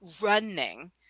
running